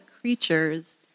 creatures